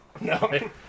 No